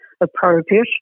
appropriate